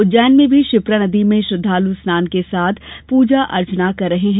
उज्जैन में भी क्षिप्रा नदी में श्रद्वालू स्नान के साथ के पूजा अर्चना कर रहे हैं